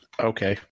Okay